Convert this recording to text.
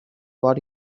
what